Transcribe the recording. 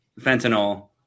fentanyl